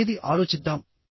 అనేది ఆలోచిద్దాం